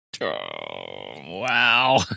wow